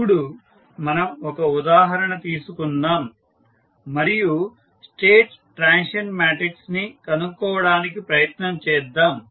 ఇప్పుడు మనం ఒక ఉదాహరణ తీసుకుందాం మరియు మొదట స్టేట్ ట్రాన్సిషన్ మాట్రిక్స్ ని కనుక్కోవడానికి ప్రయత్నం చేద్దాం